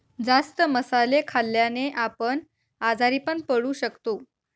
जास्त मसाले खाल्ल्याने आपण आजारी पण पडू शकतो